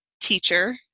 teacher